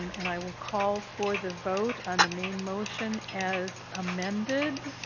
and i will call for the vote on the main motion as amended.